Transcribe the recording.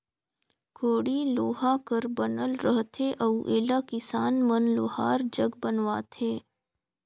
कोड़ी लोहा कर बनल रहथे अउ एला किसान मन लोहार जग बनवाथे